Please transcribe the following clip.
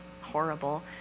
horrible